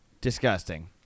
Disgusting